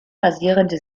basierende